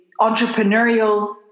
entrepreneurial